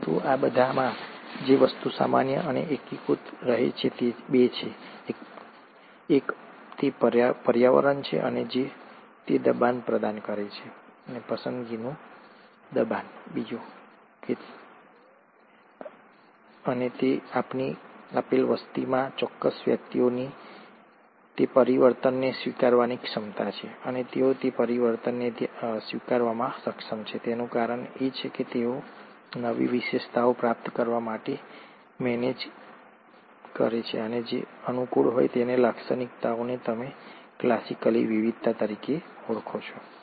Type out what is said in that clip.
પરંતુ આ બધામાં જે વસ્તુ સામાન્ય અને એકીકૃત રહે છે તે બે છે એક તે પર્યાવરણ છે જે તે દબાણ પ્રદાન કરે છે પસંદગીનું દબાણ અને બે તે આપેલ વસ્તીમાં ચોક્કસ વ્યક્તિઓની તે પરિવર્તનને સ્વીકારવાની ક્ષમતા છે અને તેઓ તે પરિવર્તનને સ્વીકારવામાં સક્ષમ છે તેનું કારણ એ છે કે તેઓ નવી વિશેષતાઓ પ્રાપ્ત કરવા માટે મેનેજ કરો જે અનુકૂળ હોય અને આ લાક્ષણિકતાઓને તમે ક્લાસિકલી વિવિધતા તરીકે ઓળખો છો